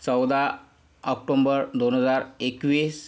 चौदा ऑक्टोम्बर दोन हजार एकवीस